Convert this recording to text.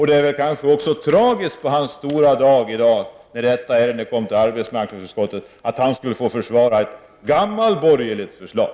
Det är tragiskt att Lars Ulander på sin stora dag i dag, då riksdagen behandlar arbetsmarknadsutskottets betänkande, får försvara ett gammalborgerligt förslag.